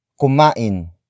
kumain